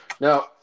Now